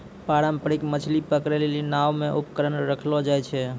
पारंपरिक मछली पकड़ै लेली नांव मे उपकरण रखलो जाय छै